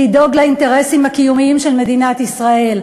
לדאוג לאינטרסים הקיומיים של מדינת ישראל,